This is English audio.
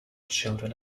children